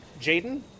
Jaden